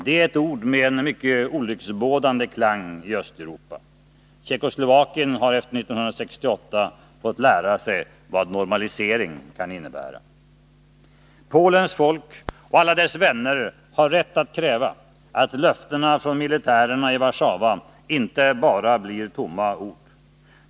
Det är ett ord med olycksbådande klang i Östeuropa. Tjeckoslovakien har efter 1968 fått lära sig vad det kan innebära. Polens folk och alla dess vänner har rätt att kräva, att löftena från militärerna i Warszava inte bara blir tomma ord.